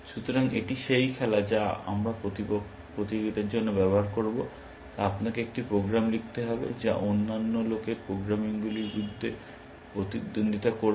সুতরাং এটি সেই খেলা যা আমরা প্রতিযোগিতার জন্য ব্যবহার করব আপনাকে একটি প্রোগ্রাম লিখতে হবে যা অন্যান্য লোকের প্রোগ্রামগুলির বিরুদ্ধে প্রতিদ্বন্দ্বিতা করবে